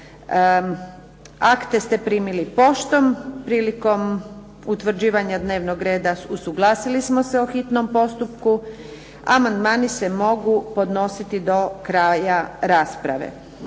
Akte ste primili poštom. Prilikom utvrđivanja dnevnog reda usuglasili smo se o hitnom postupku. Amandmani se mogu podnositi do kraja rasprave.